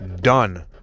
done